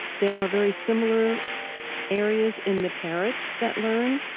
there are very similar areas in the parrots that learn.